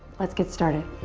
let's get started.